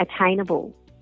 attainable